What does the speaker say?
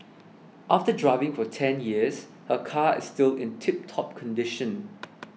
after driving for ten years her car is still in tiptop condition